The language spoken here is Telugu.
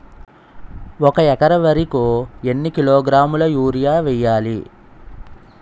ఒక ఎకర వరి కు ఎన్ని కిలోగ్రాముల యూరియా వెయ్యాలి?